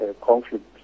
conflict